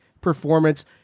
performance